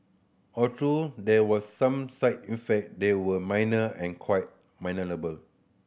although there was some side effect they were minor and quite manageable